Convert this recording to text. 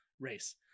race